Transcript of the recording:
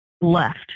left